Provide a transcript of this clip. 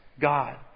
God